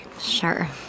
Sure